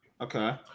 Okay